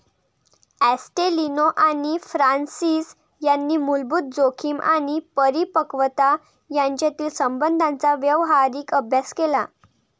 ॲस्टेलिनो आणि फ्रान्सिस यांनी मूलभूत जोखीम आणि परिपक्वता यांच्यातील संबंधांचा व्यावहारिक अभ्यास केला